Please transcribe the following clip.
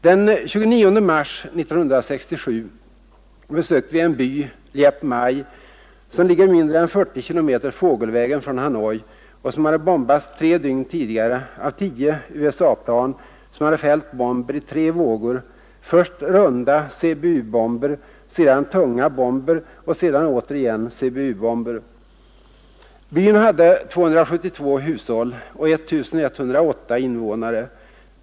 Den 29 mars 1967 besökte vi en by, Liep Mai, som ligger mindre än 40 kilometer fågelvägen från Hanoi och som hade bombats tre dygn tidigare av tio USA-plan som hade fällt bomber i tre vågor: först runda CBU-bomber, sedan tunga bomber och därpå återigen CBU-bomber. Byn hade 272 hushåll och 1 108 invånare.